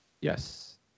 yes